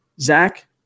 Zach